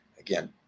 again